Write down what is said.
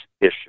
issue